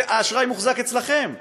האשראי מוחזק אצלכם.